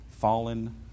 fallen